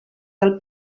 del